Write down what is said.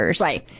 Right